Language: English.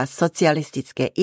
socialistické